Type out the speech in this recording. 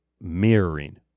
mirroring